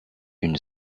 une